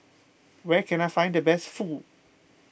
where can I find the best Fugu